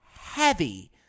heavy